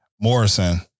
Morrison